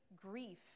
grief